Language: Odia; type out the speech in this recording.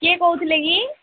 କିଏ କହୁଥିଲେ କି